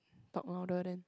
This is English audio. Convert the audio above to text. talk louder than